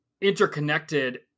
interconnected